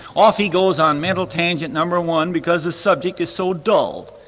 off he goes on mental tangent number one because the subject is so dull.